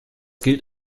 gilt